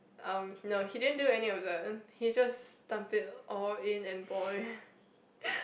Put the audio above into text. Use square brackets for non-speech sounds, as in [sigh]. um no he didn't do any of the he just dump it all in and boil [laughs]